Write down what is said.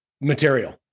material